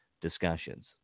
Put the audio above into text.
discussions